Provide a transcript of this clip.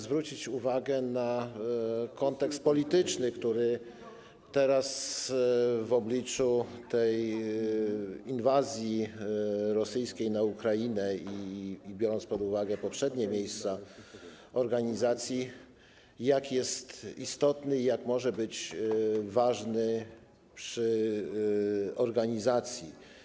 zwrócić uwagę na kontekst polityczny, który teraz, w obliczu inwazji rosyjskiej na Ukrainę, i biorąc pod uwagę poprzednie miejsca organizacji, jest istotny i może być ważny z punktu widzenia organizacji.